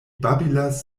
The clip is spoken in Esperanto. babilas